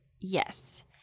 Yes